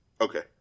Okay